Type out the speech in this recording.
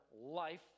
life